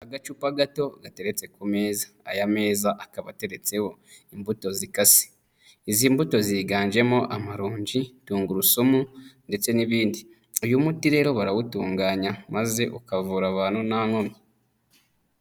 Agacupa gato gateretse ku meza, aya meza akaba ateretseho imbuto zikase. Izi mbuto ziganjemo amaronji, tungurusumu ndetse n'ibindi. Uyu muti rero barawutunganya maze ukavura abantu nta nkomyi.